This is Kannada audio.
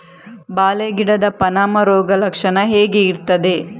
ಬಾಳೆ ಗಿಡದ ಪಾನಮ ರೋಗ ಲಕ್ಷಣ ಹೇಗೆ ಇರ್ತದೆ?